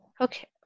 Okay